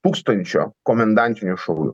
tūkstančio komendantinių šaulių